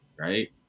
Right